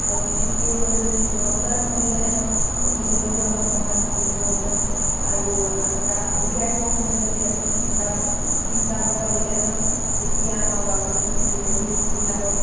আৰু ঠিক সেইদৰে যদি দহ বজাত এখন দিলেহেঁতেন অফিচলৈ যোৱা মানুহৰ কাৰণেও সুবিধা হ'লহেঁতেন আৰু এনেকৈ ঘূৰি আহিবৰ সময়ত যদি এখন তিনিটা তিনিটা বজাত দিলেহেঁতেন তেতিয়া আমাৰ ল'ৰা ছোৱালীখিনি ঘূৰি আহিবলৈ সুবিধা হয়